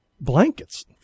blankets